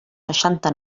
seixanta